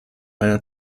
einer